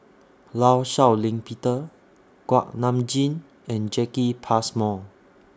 law Shau Ping Peter Kuak Nam Jin and Jacki Passmore